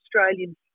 Australian